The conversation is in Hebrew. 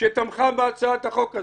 שתמכה בהצעת החוק הזו.